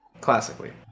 Classically